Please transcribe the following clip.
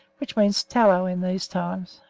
which means tallow in these times.